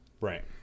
Right